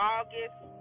August